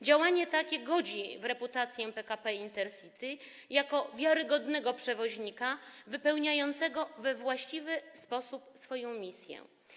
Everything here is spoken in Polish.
Działanie takie godzi w reputację PKP Intercity jako wiarygodnego przewoźnika, wypełniającego we właściwy sposób swoją misję.